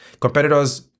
competitors